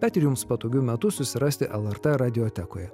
bet ir jums patogiu metu susirasti lrt radiotekoje